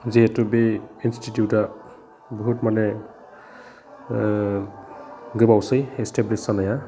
जिहेथु बे इनस्टिटिउटआ बहुद माने गोबावसै इस्टाब्लिस्ट जानाया